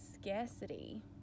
scarcity